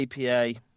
APA